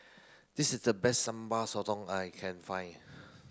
this is the best sambal sotong I can find